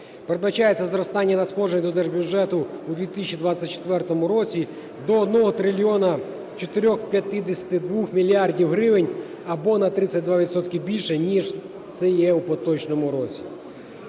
Передбачається зростання надходжень до держбюджету у 2024 році до 1 трильйона 452 мільярдів гривень, або на 32 відсотки більше, ніж це є в поточному році.